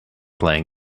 playing